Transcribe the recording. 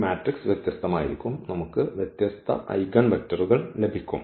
ഈ മാട്രിക്സ് വ്യത്യസ്തമായിരിക്കും നമുക്ക് വ്യത്യസ്ത ഐഗൺവെക്ടറുകൾ ലഭിക്കും